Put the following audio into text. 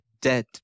dead